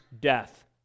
death